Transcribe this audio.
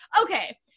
Okay